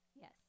Yes